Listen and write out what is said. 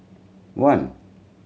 one